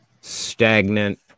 stagnant